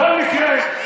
בכל מקרה,